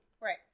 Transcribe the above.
Right